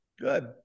Good